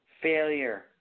Failure